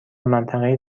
منطقه